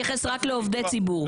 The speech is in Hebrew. גם היום,